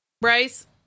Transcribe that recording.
Bryce